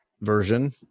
version